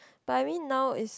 but I mean now is